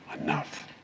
Enough